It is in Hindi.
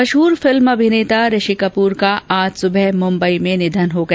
मशहूर फिल्म अभिनेता ऋषि कपूर का आज सुबह मुंबई में निधन हो गया